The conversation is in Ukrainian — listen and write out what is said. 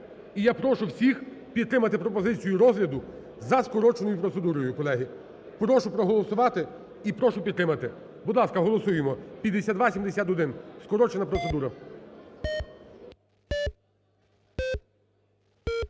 І я прошу всіх підтримати пропозицію розгляду за скороченою процедурою, колеги. Прошу проголосувати і прошу підтримати. Будь ласка, голосуємо 5271, скорочена процедура.